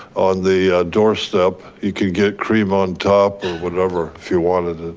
on the doorstep. you could get cream on top or whatever if you wanted it.